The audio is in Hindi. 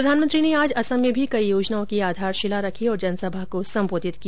प्रधानमंत्री ने आज असम में भी कई योजनाओं की आधारशिला रखी और जनसभा को संबोधित किया